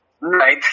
right